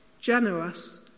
generous